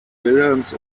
wilhelms